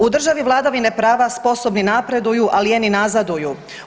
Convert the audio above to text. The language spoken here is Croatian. U državi vladavine prava sposobni napreduju, a lijeni nazaduju.